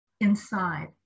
inside